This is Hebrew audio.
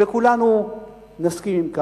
וכולנו נסכים לכך.